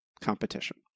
competition